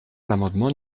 l’amendement